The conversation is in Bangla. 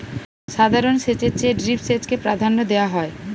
সাধারণ সেচের চেয়ে ড্রিপ সেচকে প্রাধান্য দেওয়া হয়